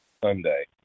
sunday